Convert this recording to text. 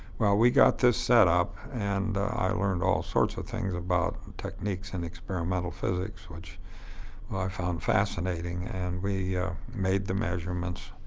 well, we got this set up and i learned all sorts of things about techniques in experimental physics, which i found fascinating. and we made the measurements.